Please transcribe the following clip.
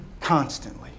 Constantly